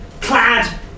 clad